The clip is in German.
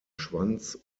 schwanz